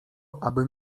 aby